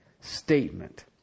statement